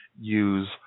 use